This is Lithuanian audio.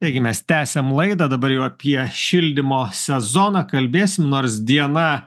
taigi mes tęsiam laidą dabar jau apie šildymo sezoną kalbėsim nors diena